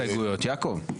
ההסתייגויות, יעקב.